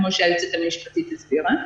כמו שהיועצת המשפטית הסבירה,